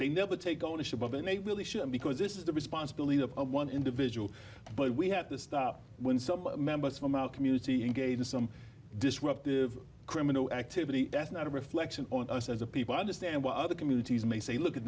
they never take ownership of and they really should because this is the responsibility of one individual but we have to stop when some members from our community engage in some disruptive criminal activity that's not a reflection on us as a people understand what other communities may say look at